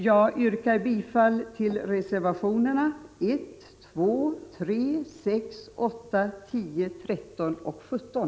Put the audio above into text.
Jag yrkar bifall till reservationerna 1,2, 3,6, 8, 10, 13 och 17.